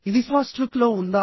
ఇది first look లో ఉందా